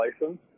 license